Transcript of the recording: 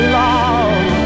love